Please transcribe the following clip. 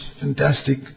fantastic